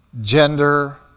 gender